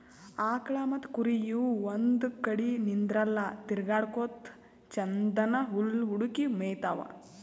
ಆಕಳ್ ಮತ್ತ್ ಕುರಿ ಇವ್ ಒಂದ್ ಕಡಿ ನಿಂದ್ರಲ್ಲಾ ತಿರ್ಗಾಡಕೋತ್ ಛಂದನ್ದ್ ಹುಲ್ಲ್ ಹುಡುಕಿ ಮೇಯ್ತಾವ್